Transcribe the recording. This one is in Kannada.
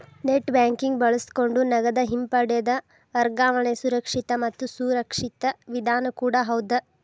ನೆಟ್ಬ್ಯಾಂಕಿಂಗ್ ಬಳಸಕೊಂಡ ನಗದ ಹಿಂಪಡೆದ ವರ್ಗಾವಣೆ ಸುರಕ್ಷಿತ ಮತ್ತ ಸುರಕ್ಷಿತ ವಿಧಾನ ಕೂಡ ಹೌದ್